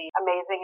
amazing